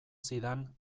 zidan